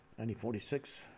1946